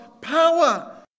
power